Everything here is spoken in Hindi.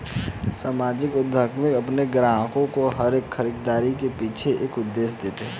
सामाजिक उद्यमी अपने ग्राहकों को हर खरीदारी के पीछे एक उद्देश्य देते हैं